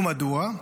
ומדוע?